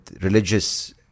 religious